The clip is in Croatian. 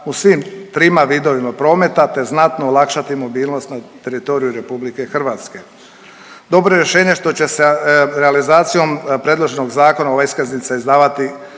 u svim trima vidovima prometa, te znatno olakšati mobilnost na teritoriju Republike Hrvatske. Dobro je rješenje što će se realizacijom predloženog zakona o iskaznici izdavati